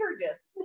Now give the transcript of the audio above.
discs